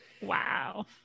wow